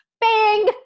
bang